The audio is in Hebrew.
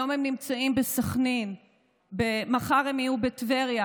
היום הם נמצאים בסח'נין ומחר הם יהיו בטבריה,